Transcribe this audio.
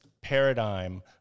paradigm